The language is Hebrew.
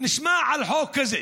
נשמע על חוק כזה